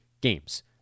games